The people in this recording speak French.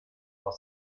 dans